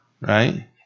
right